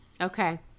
Okay